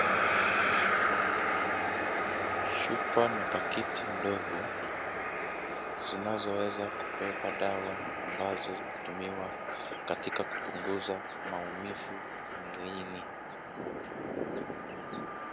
Chupa na pakiti ndogo zinazoweza kubeba dawa ambazo hutumiwa katika kupunguza maumivu mwilini.